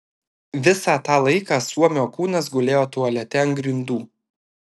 visą tą laiką suomio kūnas gulėjo tualete ant grindų